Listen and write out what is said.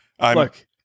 Look